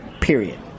period